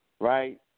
right